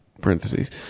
parentheses